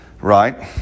Right